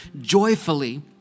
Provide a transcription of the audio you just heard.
joyfully